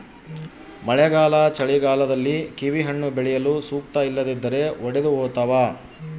ಮಳೆಗಾಲ ಚಳಿಗಾಲದಲ್ಲಿ ಕಿವಿಹಣ್ಣು ಬೆಳೆಯಲು ಸೂಕ್ತ ಇಲ್ಲದಿದ್ದರೆ ಒಡೆದುಹೋತವ